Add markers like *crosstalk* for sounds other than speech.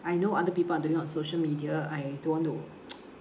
I know other people are doing on social media I don't want to *noise*